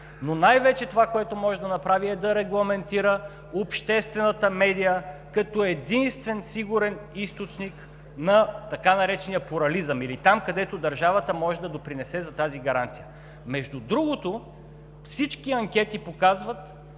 но най-вече това, което може да направи, е да регламентира обществената медия като единствен сигурен източник на така наречения плурализъм или там, където държавата може да допринесе за тази гаранция. Между другото, всички анкети показват,